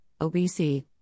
OBC